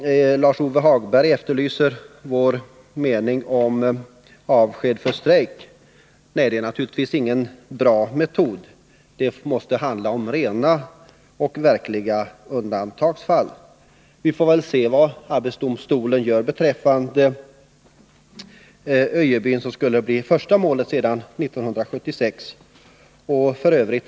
Lars-Ove Hagberg efterlyser vår mening om avsked i samband med strejk, och jag vill säga att detta naturligtvis inte är någon bra metod. Det måste i det sammanhanget handla om verkliga undantagsfall. Vi får väl se vad arbetsdomstolen kommer fram till beträffande målet i Öjebyn, som blir det första sedan 1975 och f.ö.